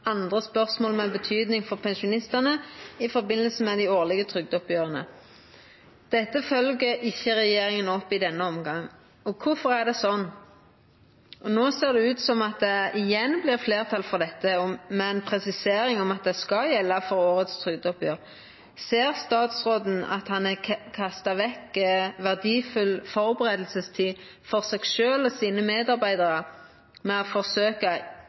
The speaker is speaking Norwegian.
andre spørsmål med betydning for pensjonistane i dei årlege trygdeoppgjera. Dette følgjer ikkje regjeringa opp i denne omgang. Kvifor er det sånn? No ser det ut som at det igjen vert fleirtal for dette, med ei presisering av at det skal gjelda for årets trygdeoppgjer. Ser statsråden at han har kasta vekk verdifull førebuingstid for seg sjølv og sine medarbeidarar med å